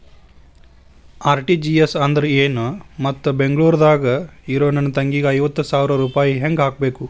RTGS ಅಂದ್ರ ಏನು ಮತ್ತ ಬೆಂಗಳೂರದಾಗ್ ಇರೋ ನನ್ನ ತಂಗಿಗೆ ಐವತ್ತು ಸಾವಿರ ರೂಪಾಯಿ ಹೆಂಗ್ ಹಾಕಬೇಕು?